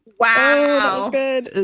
wow. good.